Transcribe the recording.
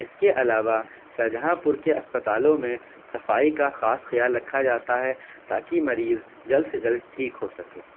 اس کے علاوہ شاہجہاں پور کے اسپتالوں میں صفائی کا خاص خیال رکھا جاتا ہے تاکہ مریض جلد سے جلد ٹھیک ہو سکے